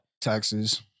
taxes